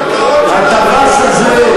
את כל הקרקעות,